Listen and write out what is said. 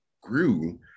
grew